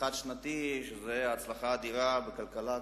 חד-שנתי היתה הצלחה אדירה בכלכלה,